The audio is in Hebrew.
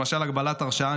למשל הגבלת הרשאות,